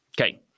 Okay